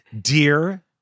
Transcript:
Dear